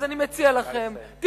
אז אני מציע לכם, נא לסיים.